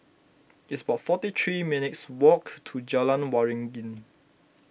it's about forty three minutes' walk to Jalan Waringin